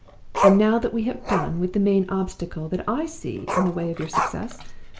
and now that we have done with the main obstacle that i see in the way of your success,